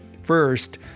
First